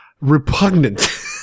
repugnant